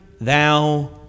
thou